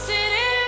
City